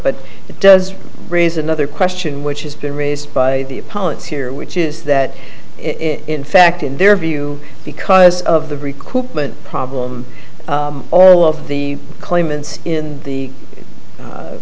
but it does raise another question which has been raised by the pilots here which is that it in fact in their view because of the requote but problem all of the claimants in the